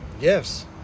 Yes